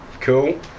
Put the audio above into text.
cool